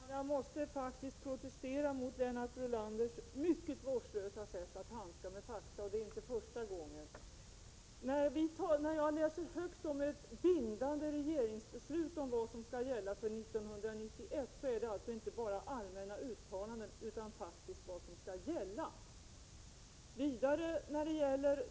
Herr talman! Jag måste protestera mot Lennart Brunanders mycket vårdslösa sätt att handskas med fakta. Det är inte första gången. När jag läser högt om ett bindande regeringsbeslut om vad som skall gälla till 1991, är det inte fråga om allmänna uttalanden utan faktiskt om vad som skall gälla.